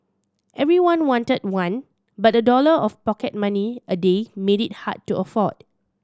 everyone wanted one but a dollar of pocket money a day made it hard to afford